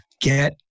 get